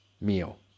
meal